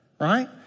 right